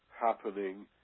happening